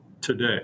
today